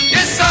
Yes